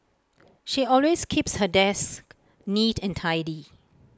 she always keeps her desk neat and tidy